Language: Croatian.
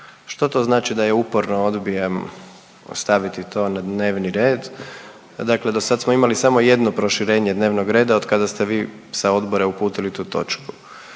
što to znači da ja uporno odbijam staviti to na dnevni red? Dakle do sad smo imali samo jedno proširenje dnevnog reda, od kada ste vi sa odbora uputili tu točku.